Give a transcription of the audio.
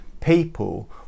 people